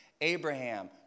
Abraham